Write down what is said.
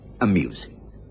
amusing